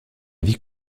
vie